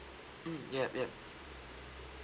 mm yup yup